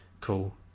cool